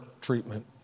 treatment